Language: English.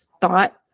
thought